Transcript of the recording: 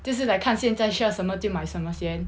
就是来看现在需要什么就买什么先